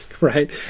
right